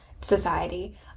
society